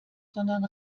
sondern